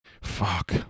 Fuck